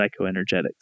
psychoenergetics